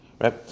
Right